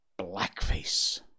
blackface